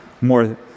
more